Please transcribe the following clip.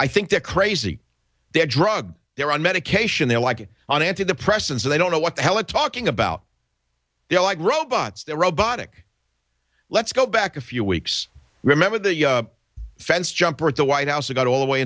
i think they're crazy they're drug they're on medication they're like on antidepressants they don't know what the hell are talking about they're like robots they're robotic let's go back a few weeks remember the fence jumper at the white house we got all the way